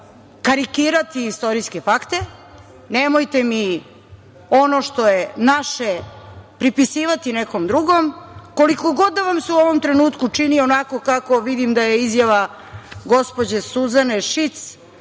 karikirati istorijske fakte. Nemojte mi ono što je naše pripisivati nekome drugom, koliko god da vas se u ovom trenutku činio onako kako vidim da je izjava gospođe Suzane Šic